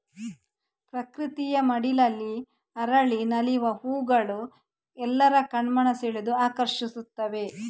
ಪ್ರಕೃತಿಯ ಮಡಿಲಲ್ಲಿ ಅರಳಿ ನಲಿವ ಹೂಗಳು ಎಲ್ಲರ ಕಣ್ಮನ ಸೆಳೆದು ಆಕರ್ಷಿಸ್ತವೆ